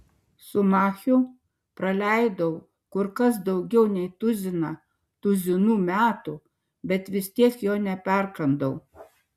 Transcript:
su machiu praleidau kur kas daugiau nei tuziną tuzinų metų bet vis tiek jo neperkandau